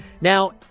Now